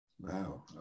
Wow